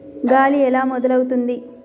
గాలి ఎలా మొదలవుతుంది?